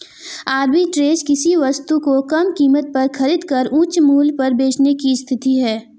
arbitrage किसी वस्तु को कम कीमत पर खरीद कर उच्च मूल्य पर बेचने की स्थिति है